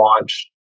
launch